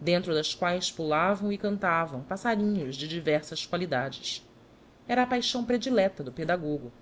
dentro das quaes pulavam e cantavam passarinhos de diversas qualidades era a paixão predilecta do pedagogo